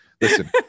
listen